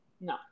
no